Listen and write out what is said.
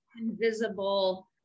invisible